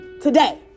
today